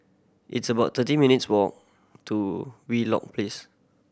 it's about thirty minutes' walk to Wheelock pace